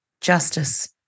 justice